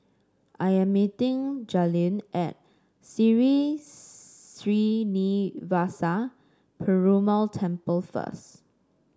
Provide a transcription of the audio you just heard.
I am meeting Jalyn at Sri Srinivasa Perumal Temple first